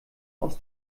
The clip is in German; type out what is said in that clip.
aus